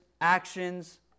actions